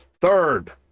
Third